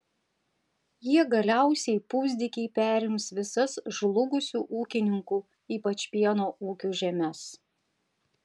jie galiausiai pusdykiai perims visas žlugusių ūkininkų ypač pieno ūkių žemes